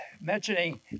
mentioning